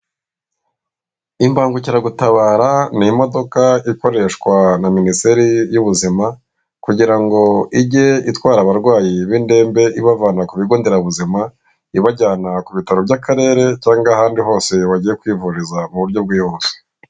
Imbangukiragutabara n’imodoka ikoreshwa na minisiteri y'ubuzima, kugira ngo ijye itwara abarwayi bindembe ibavana ku bigo nderabuzima ibajyana ku bitaro by'akarere cyangwa ahandi hose bagiye kwivuriza mu buryo bwihuse.